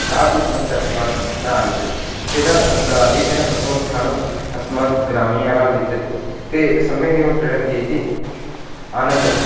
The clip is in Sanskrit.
कापि समस्या अस्मासु न आगच्छति तेन सः आधिक्येन प्रथमस्थानम् अस्मात् ग्रामीणानां विद्यते ते सम्यगेव क्रीडन्ति इति आनन्दः